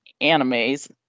animes